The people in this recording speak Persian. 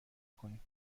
کنیم